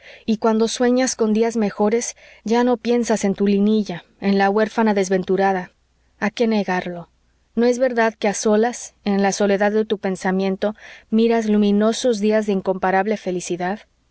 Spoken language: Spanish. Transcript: y cuando sueñas con días mejores ya no piensas en tu linilla en la huérfana desventurada a qué negarlo no es verdad que a solas en la soledad de tu pensamiento miras luminosos días de incomparable felicidad